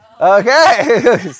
Okay